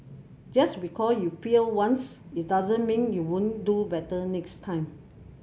just because you failed once it doesn't mean you won't do better next time